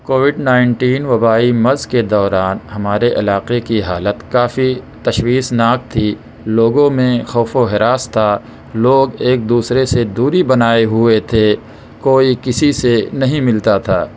Covid nineteen وبائی مرض کے دوران ہمارے علاقے کی حالت کافی تشویس ناک تھی لوگوں میں خوف و ہراس تھا لوگ ایک دوسرے سے دوری بنائے ہوئے تھے کوئی کسی سے نہیں ملتا تھا